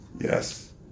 Yes